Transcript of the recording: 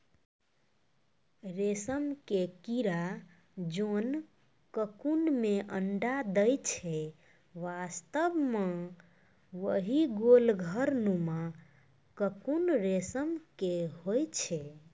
रेशम के कीड़ा जोन ककून मॅ अंडा दै छै वास्तव म वही गोल घर नुमा ककून रेशम के होय छै